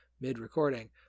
mid-recording